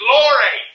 Glory